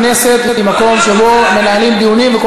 מליאת הכנסת היא מקום שבו מנהלים דיונים וכל